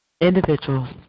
Individuals